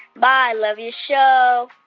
bye. love your show.